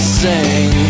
sing